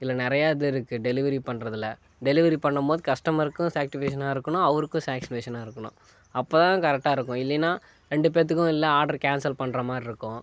இதில் நிறையா இது இருக்குது டெலிவரி பண்ணுறதுல டெலிவரி பண்ணும் போது கஷ்டமாருக்கும் சாக்டிஃபேக்ஷனாக இருக்கனும் அவருக்கும் சாக்ஸ்ஃபேக்ஷனாக இருக்கணும் அப்போ தான் கரெக்டாக இருக்கும் இல்லைனா ரெண்டு பேற்றுக்கும் இல்லை ஆட்ரு கேன்சல் பண்ணுற மாதிரி இருக்கும்